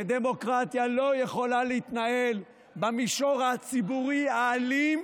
שדמוקרטיה לא יכולה להתנהל במישור הציבורי האלים,